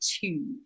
two